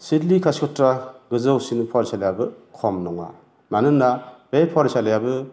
सिदलि कासखथ्रा गोजौसिन फरायसालिआबो खम नङा मानो होनना बे फरायसालिबो